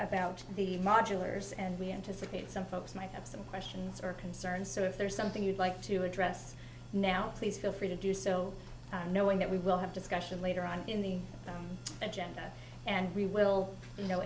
modulars and we anticipate some folks might have some questions or concerns so if there's something you'd like to address now please feel free to do so knowing that we will have discussion later on in the agenda and we will you know